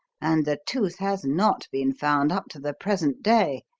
and the tooth has not been found up to the present day!